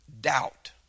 doubt